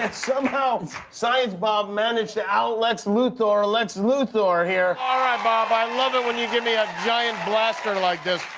somehow science bob managed to out-lex luthor ah lex luthor here. all right, bob, i love it when you give me a giant blaster like this.